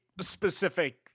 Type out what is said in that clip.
specific